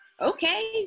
Okay